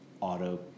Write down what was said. auto